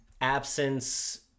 absence